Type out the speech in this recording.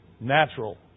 natural